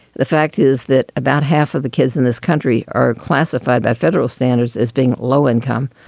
the fact is that about half of the kids in this country are classified by federal standards as being low income.